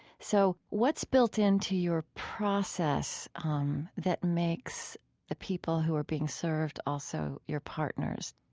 so what's built in to your process ah um that makes the people who are being served also your partners?